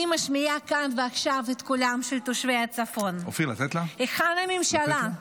אני משמיעה כאן ועכשיו את קולם של תושבי הצפון: היכן הממשלה?